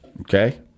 okay